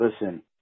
Listen